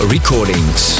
Recordings